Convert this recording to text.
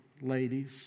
ladies